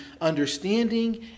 understanding